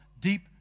deep